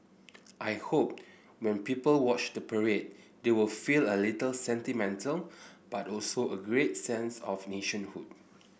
I hope when people watch the parade they will feel a little sentimental but also a great sense of nationhood